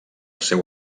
seu